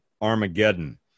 Armageddon